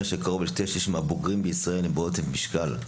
שקרוב לשני שלישים מהבוגרים בישראל הם בעודף משקל.